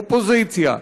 אופוזיציה,